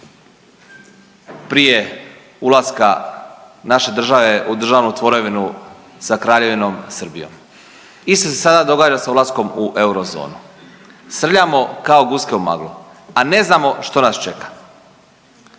prije ulaska naše države u državnu tvorevinu sa kraljevinom Srbijom. Isto se sada događa sa ulaskom u eurozonu. Srljamo kao guske u maglu, a ne znamo što nas čeka.